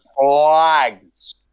flags